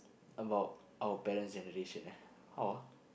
about our parents and relation eh how ah